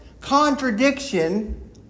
contradiction